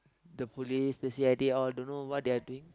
the police the C_I_D all don't know what they are doing